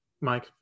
Mike